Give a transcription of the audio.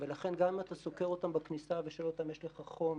ולכן גם אם אתה סוקר אותם בכניסה ושואל אותם: יש לך חום?